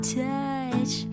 touch